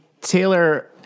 Taylor